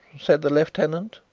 said the lieutenant,